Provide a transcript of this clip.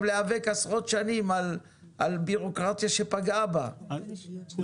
להיאבק על עשרות שנים על ביורוקרטיה שפגעה בה והיא